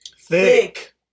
Thick